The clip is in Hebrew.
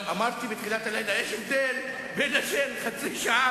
אחד האינסטרומנטים זה השקעה